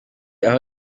aho